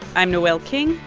i'm noel king.